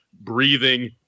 breathing